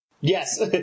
Yes